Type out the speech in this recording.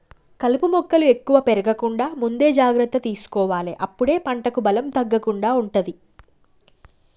కలుపు మొక్కలు ఎక్కువ పెరగకుండా ముందే జాగ్రత్త తీసుకోవాలె అప్పుడే పంటకు బలం తగ్గకుండా ఉంటది